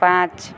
पाँच